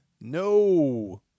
No